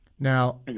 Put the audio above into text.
Now